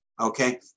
Okay